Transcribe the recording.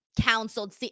counseled